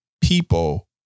people